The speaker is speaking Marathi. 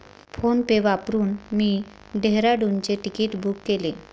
फोनपे वापरून मी डेहराडूनचे तिकीट बुक केले